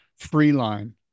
freeline